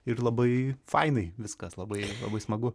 ir labai fainai viskas labai labai smagu